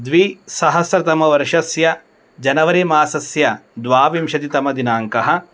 द्विसहस्रतमवर्षस्य जनवरीमासस्य द्वाविंशतितमदिनाङ्कः